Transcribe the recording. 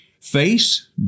Face